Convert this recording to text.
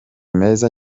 meza